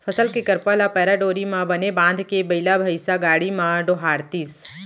फसल के करपा ल पैरा डोरी म बने बांधके बइला भइसा गाड़ी म डोहारतिस